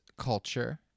culture